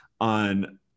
on